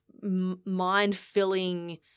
mind-filling